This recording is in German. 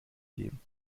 geben